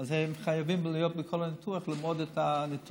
אז הם חייבים להיות בכל הניתוח, ללמוד את הניתוח.